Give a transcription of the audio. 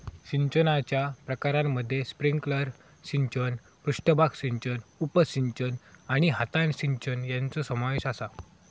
सिंचनाच्या प्रकारांमध्ये स्प्रिंकलर सिंचन, पृष्ठभाग सिंचन, उपसिंचन आणि हातान सिंचन यांचो समावेश आसा